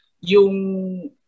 yung